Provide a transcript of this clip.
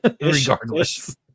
Regardless